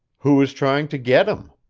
who is trying to get him?